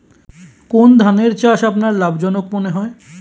কোন ধানের চাষ আপনার লাভজনক মনে হয়?